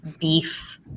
beef